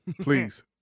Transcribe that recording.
Please